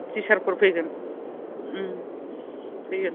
थिसारफोर फैगोन फैगोन